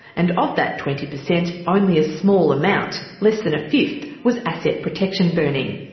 and of that twenty per cent, only a small amount less than a fifth was asset protection burning.